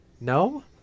No